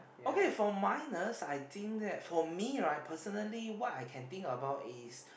okay for minus I think that for me right personally what I can think about is